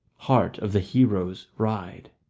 heart of the heroes, ride.